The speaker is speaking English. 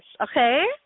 Okay